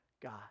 God